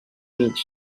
mig